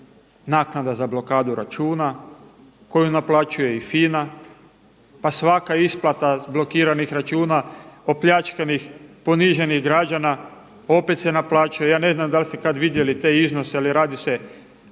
naknada za blokadu računu koju naplaćuje i FINA-a. Pa svaka isplata blokiranih računa, opljačkanih, poniženih građana opet se naplaćuje. Ja ne znam da li ste kad vidjeli te iznose ali radi se o